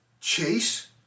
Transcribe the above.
chase